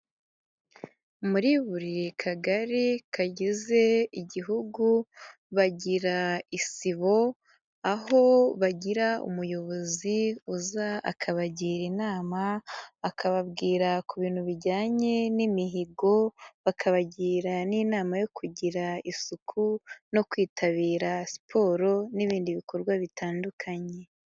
Muri buri kagari kagize igihugu bagira isibo aho bagira umuyobozi uza akabagira inama, akababwira ku bintu bijyanye n'imihigo bakabagira n'inama yo kugira isuku, no kwitabira siporo n'ibindi bikorwa bitandukanye.